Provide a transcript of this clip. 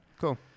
Cool